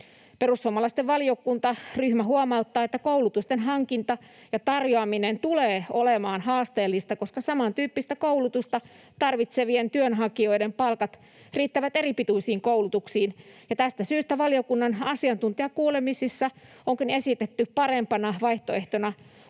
Perussuomalaisten valiokuntaryhmä huomauttaa, että koulutusten hankinta ja tarjoaminen tulevat olemaan haasteellisia, koska samantyyppistä koulutusta tarvitsevien työnhakijoiden palkat riittävät eripituisiin koulutuksiin, ja tästä syystä valiokunnan asiantuntijakuulemisissa onkin esitetty parempana vaihtoehtona